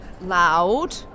loud